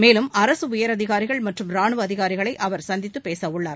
மேலும் அரசு உயரதிகாரிகள் மற்றும் ராணுவ அதிகாரிகளை அவர் சந்தித்து பேசவுள்ளார்